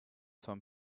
some